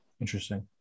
interesting